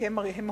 כי הם הודים,